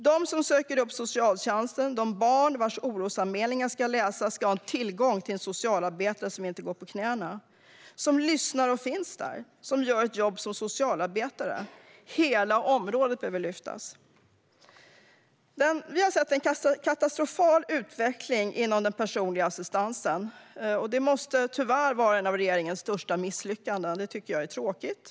De som söker upp socialtjänsten och de barn vars orosanmälningar ska läsas ska ha tillgång till socialarbetare som inte går på knäna. De ska ha tillgång till socialarbetare som lyssnar och finns där och som gör det jobb som en socialarbetare ska göra. Hela området behöver lyftas. Vi har sett en katastrofal utveckling inom den personliga assistansen. Det måste vara ett av regeringens största misslyckanden, vilket jag tycker är tråkigt.